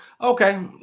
Okay